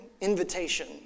invitation